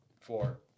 four